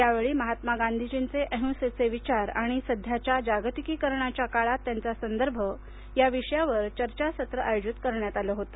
यावेळी महात्मा गांधीजींचे अहिंसेचे विचार आणि सध्याच्या जागतिकीकरणाच्या काळात त्यांचा संदर्भ या विषयावर चर्चा सत्र आयोजित करण्यात आले होते